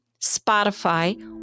Spotify